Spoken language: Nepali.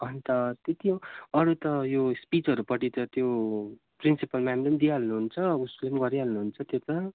अन्त त्यति हो अरू त यो स्पिचहरूपट्टि त त्यो प्रिन्सिपल मेमले पनि दिइहाल्नु हुन्छ उसले गरिहाल्नु हुन्छ त्यो त